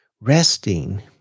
Resting